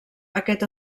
aquest